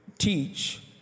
teach